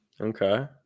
Okay